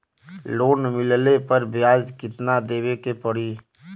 Loan मिलले पर ब्याज कितनादेवे के पड़ी?